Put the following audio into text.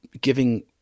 giving